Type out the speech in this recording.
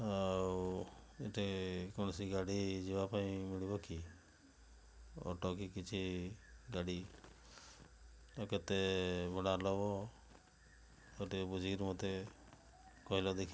ଆଉ ଏଠି କୌଣସି ଗାଡ଼ି ଯିବା ପାଇଁ ମିଳିବ କି ଅଟୋ କି କିଛି ଗାଡ଼ି ଆଉ କେତେ ଭଡ଼ା ନେବ ମୋତେ ବୁଝି କରି ମୋତେ କହିଲ ଦେଖି